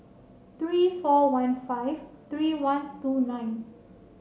three four one five three one two nine